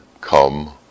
come